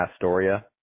Astoria